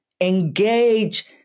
engage